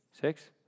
Six